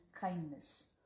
kindness